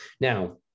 Now